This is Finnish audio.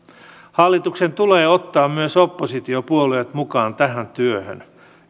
hallituksen tulee ottaa myös oppositiopuolueet mukaan tähän työhön